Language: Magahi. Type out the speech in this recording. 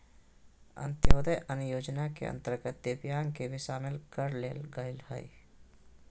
अंत्योदय अन्न योजना के अंतर्गत दिव्यांग के भी शामिल कर लेल गेलय हइ